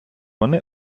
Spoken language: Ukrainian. вони